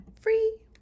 free